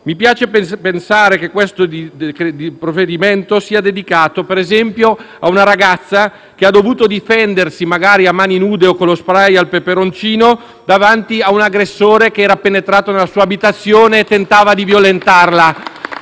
Mi piace pensare che il provvedimento in esame sia dedicato, per esempio, a una ragazza che ha dovuto difendersi, magari a mani nude o con lo *spray* al peperoncino, da un aggressore che era penetrato nella sua abitazione e tentava di violentarla.